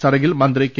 ചടങ്ങിൽ മന്ത്രി കെ